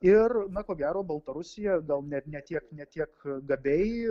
ir na ko gero baltarusija gal net ne tiek ne tiek gabiai